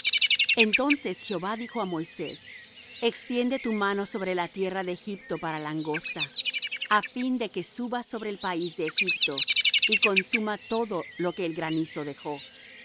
entonces jehová dijo á moisés extiende tu mano sobre la tierra de egipto para langosta á fin de que suba sobre el país de egipto y consuma todo lo que el granizo dejó